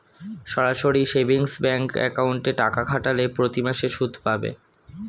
সরাসরি savings bank অ্যাকাউন্টে টাকা খাটালে প্রতিমাসে সুদ পাবে